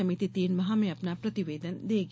समिति तीन माह में अपना प्रतिवेदन देगी